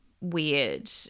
weird